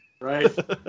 Right